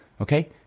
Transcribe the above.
Okay